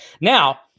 Now